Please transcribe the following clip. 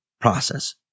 Process